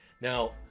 Now